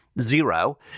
zero